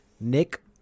Nick